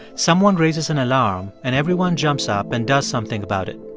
someone raises an alarm, and everyone jumps up and does something about it.